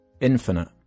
Infinite